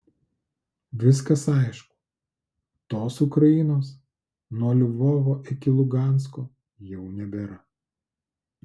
viskas aišku tos ukrainos nuo lvovo iki lugansko jau nebėra